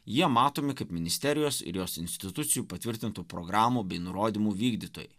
jie matomi kaip ministerijos ir jos institucijų patvirtintų programų bei nurodymų vykdytojai